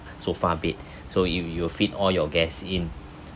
sofa bed so you you will fit all your guest in